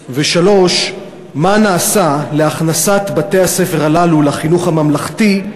3. מה נעשה להכנסת בתי-הספר הללו לחינוך הממלכתי,